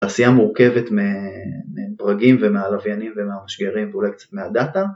תעשייה מורכבת מברגים ומהלוויינים ומהמשגרים ואולי קצת מהדאטה